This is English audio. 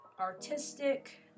artistic